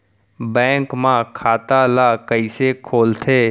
Bank म खाता ल कइसे खोलथे?